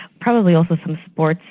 probably also some sports.